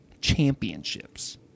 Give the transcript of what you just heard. championships